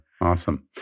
awesome